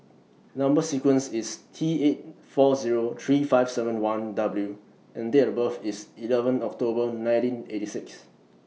Number sequence IS T eight four Zero three five seven one W and Date of birth IS eleven October nineteen eight six